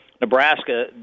Nebraska